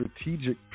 strategic